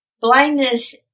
blindness